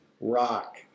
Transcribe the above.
rock